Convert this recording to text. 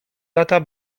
lata